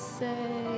say